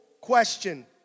question